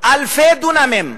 אלפי דונמים.